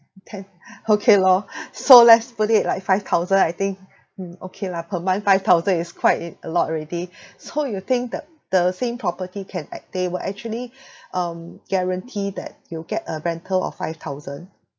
ten okay lor so let's put it like five thousand I think mm okay lah per month five thousand is quite it a lot already so you think the the same property can act~ they will actually um guarantee that you get a rental of five thousand